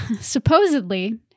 Supposedly